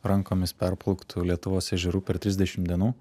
rankomis perplauktų lietuvos ežerų per trisdešimt dienų